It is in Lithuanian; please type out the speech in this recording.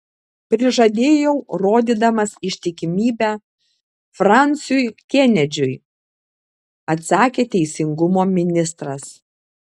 prižadėjau rodydamas ištikimybę fransiui kenedžiui atsakė teisingumo ministras